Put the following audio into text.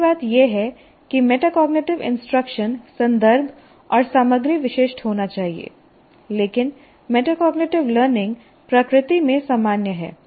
पहली बात यह है कि मेटाकॉग्निटिव इंस्ट्रक्शन संदर्भ और सामग्री विशिष्ट होना चाहिए लेकिन मेटाकॉग्निटिव लर्निंग प्रकृति में सामान्य है